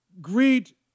greet